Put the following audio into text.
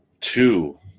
two